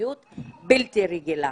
במדיניות בלתי רגילה.